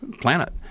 planet